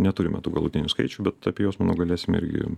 neturime tų galutinių skaičių bet apie juos manau galėsime irgi